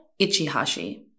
Ichihashi